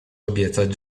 obiecać